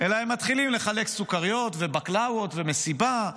אלא שהם מתחילים לחלק סוכריות ובקלאוות ומסיבה,